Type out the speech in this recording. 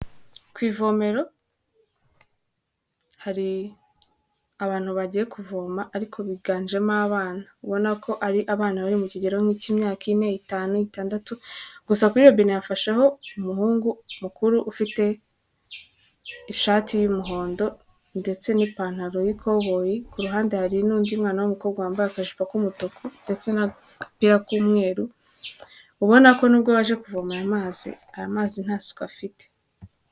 Ku ivomero hari abantu bagiye kuvoma ariko biganjemo abana. Ubona ko ari abana bari mu kigero nk'icy'imyaka ine, itanu, itandatu, gusa kurirobein yafasheho umuhungu mukuru ufite ishati y'umuhondo ndetse n'ipantaro y'ikoboyi, ku ruhande hari n'undi mwana w'umukobwa wambaye akajipo k'umutuku ndetse n'agapira k'umweru, ubona ko nubwo baje kuvoma aya amazi, aya mazi nta suku afite.